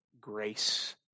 grace